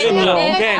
כן, כן.